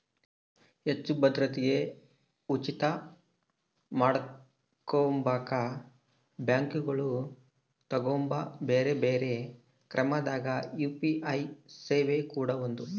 ಹೆಚ್ಚು ಭದ್ರತೆಗೆ ಖಚಿತ ಮಾಡಕೊಂಬಕ ಬ್ಯಾಂಕುಗಳು ತಗಂಬೊ ಬ್ಯೆರೆ ಬ್ಯೆರೆ ಕ್ರಮದಾಗ ಯು.ಪಿ.ಐ ಸೇವೆ ಕೂಡ ಒಂದು